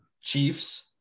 Chiefs